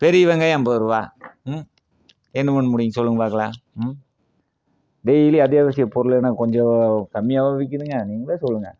பெரிய வெங்காயம் ஐம்பது ரூபாய் ம் என்ன பண்ண முடியும் சொல்லுங்க பார்க்குலாம் ம் டெயிலி அத்தியாவசிய பொருளென்ன கொஞ்சம் கம்மியாகவா விற்கிதுங்க நீங்களே சொல்லுங்க ம்